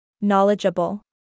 Knowledgeable